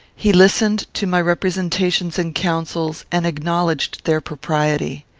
he listened to my representations and counsels, and acknowledged their propriety.